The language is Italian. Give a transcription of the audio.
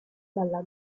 dalla